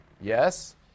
yes